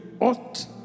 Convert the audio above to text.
ought